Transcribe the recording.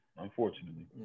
Unfortunately